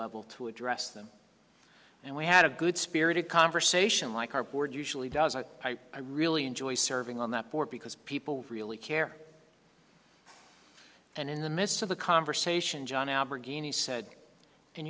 level to address them and we had a good spirited conversation like our board usually does i really enjoy serving on that board because people really care and in the midst of the conversation john